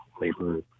labor